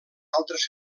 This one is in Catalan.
altres